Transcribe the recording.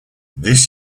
this